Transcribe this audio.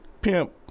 Pimp